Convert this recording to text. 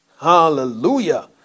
Hallelujah